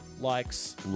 likes